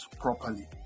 properly